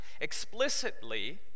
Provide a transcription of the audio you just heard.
Explicitly